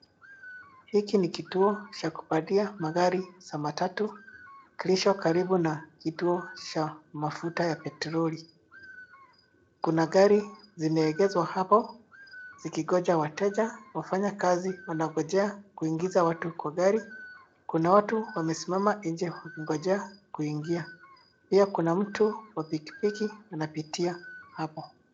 Hiki ni kituo cha kupandia magari za matatu kilicho karibu na kituo cha mafuta ya petroli. Kuna gari zimeegeshwa hapo zikingoja wateja. Wafanyikazi wanaongojea kuingiza watu kwa gari. Kuna watu wamesimama nje waking kuingia. Pia kuna mtu wa pikipiki anapitia hapo.